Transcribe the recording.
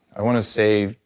i want to say,